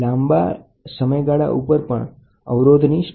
લાંબા સમયગાળા ઉપર પણ અવરોધની સ્થિરતા સારી છે